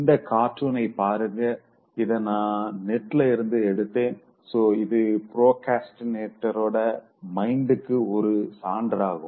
இந்த கார்ட்டூனைப் பாருங்க இத நா நெட்ல இருந்து எடுத்தேன் சோ இது ப்ரோக்ரஸ்டினேட்டரோட மைண்ட்க்கு ஒரு சான்றாகும்